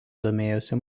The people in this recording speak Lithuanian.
domėjosi